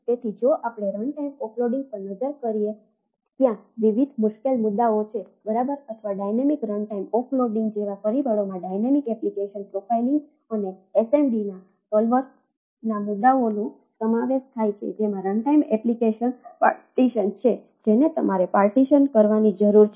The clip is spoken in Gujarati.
તેથી જો આપણે રનટાઇમ ઓફલોડિંગ કોમ્પોનેંટ છે તેમને સ્થાનાંતરિત કરવાની જરૂર છે